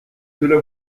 cela